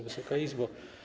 Wysoka Izbo!